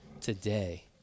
today